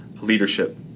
leadership